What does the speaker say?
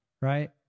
right